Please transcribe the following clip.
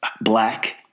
black